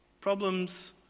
Problems